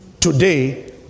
today